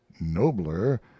nobler